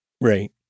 Right